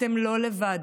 אתם לא לבד,